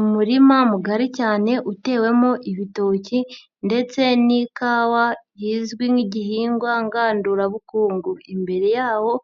Umurima mugari cyane utewemo ibitoki ndetse n'ikawa izwi nk'igihingwa ngandurabukungu, imbere yawo